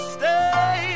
stay